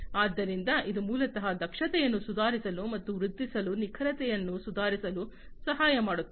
ಆದ್ದರಿಂದ ಇದು ಮೂಲತಃ ದಕ್ಷತೆಯನ್ನು ಸುಧಾರಿಸಲು ಮತ್ತು ವೃದ್ಧಿಸಲು ನಿಖರತೆಯನ್ನು ಸುಧಾರಿಸಲು ಸಹಾಯ ಮಾಡುತ್ತದೆ